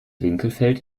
winkelfeld